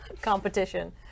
competition